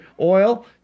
oil